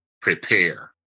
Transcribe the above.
Prepare